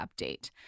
update